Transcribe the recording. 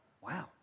Wow